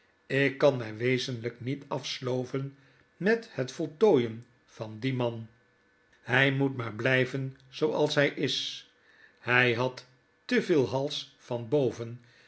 ik kan my wezenlijk niet afsloven met het voltooien van dien man hy moet maar blyven zooals hy is hy had te veel hals van boven